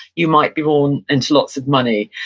you might be born into lots of money.